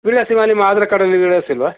ವಿಳಾಸ ಇವಾಗ ನಿಮ್ಮ ಆಧಾರ್ ಕಾರ್ಡಲ್ಲಿ ವಿಳಾಸ ಇಲ್ವಾ